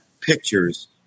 pictures